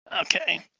Okay